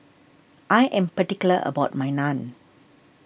I am particular about my Naan